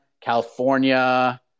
California